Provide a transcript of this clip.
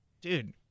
dude